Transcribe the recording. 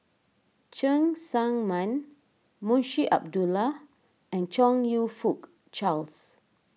Cheng Tsang Man Munshi Abdullah and Chong You Fook Charles